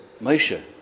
Moshe